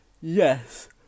Yes